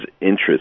interest